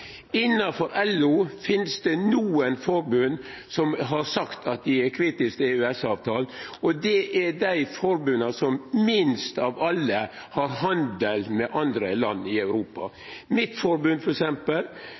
Innanfor LO finst det nokre forbund som har sagt at dei er kritiske til EØS-avtalen, og det er dei forbunda som minst av alle har handel med andre land i